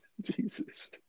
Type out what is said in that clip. Jesus